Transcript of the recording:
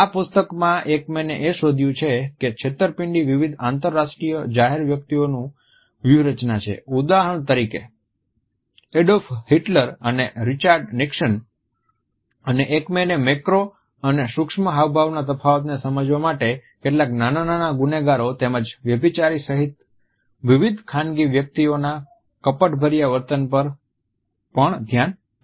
આ પુસ્તકમાં એકમેન એ શોધ્યું છે કે છેતરપિંડી વિવિધ આંતરરાષ્ટ્રીય જાહેર વ્યક્તિઓની વ્યૂહરચના છે ઉદાહરણ તરીકે એડોલ્ફ હિટલર અને રિચાર્ડ નિક્સન અને એકમેનએ મેક્રો અને સૂક્ષ્મ હાવભાવના તફાવતને સમજવા માટે કેટલાક નાના નાના ગુનેગારો તેમજ વ્યભિચારી સહિત વિવિધ ખાનગી વ્યક્તિઓના કપટભર્યા વર્તન પર પણ ધ્યાન આપ્યું હતું